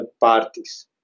parties